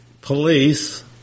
police